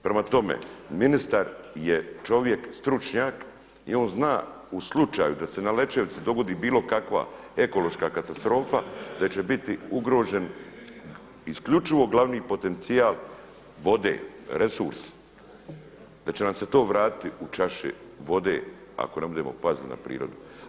Prema tome, ministar je čovjek stručnjak i on zna u slučaju da se na Lećevici dogodi bilo kakva ekološka katastrofa da će biti ugrožen isključivo glavni potencijal vode resurs da će nam se to vratiti u čaši vode ako ne budemo pazili na prirodu.